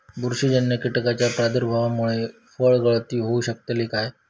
बुरशीजन्य कीटकाच्या प्रादुर्भावामूळे फळगळती होऊ शकतली काय?